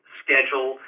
schedule